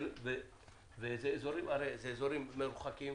הרי אלה אזורים מרוחקים,